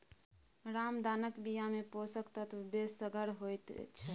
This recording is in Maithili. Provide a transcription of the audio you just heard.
रामदानाक बियामे पोषक तत्व बेसगर होइत छै